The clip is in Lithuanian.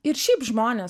ir šiaip žmonės